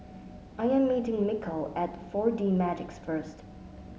I am meeting Mikel at Four D Magix first